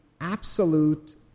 absolute